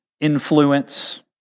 influence